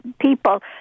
people